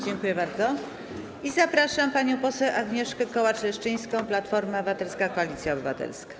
Zapraszam panią poseł Agnieszkę Kołacz-Leszczyńską, Platforma Obywatelska - Koalicja Obywatelska.